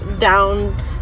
down